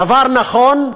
דבר נכון,